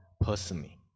personally